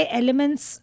elements